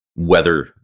weather